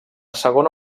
segona